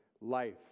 life